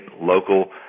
local